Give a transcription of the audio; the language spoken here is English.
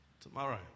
tomorrow